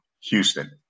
Houston